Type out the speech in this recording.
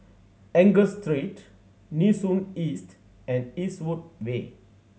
Angus Street Nee Soon East and Eastwood Way